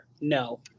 No